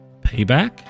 Payback